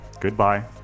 Goodbye